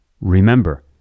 Remember